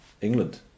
England